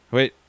Wait